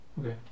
Okay